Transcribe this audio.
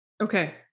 Okay